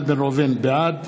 בעד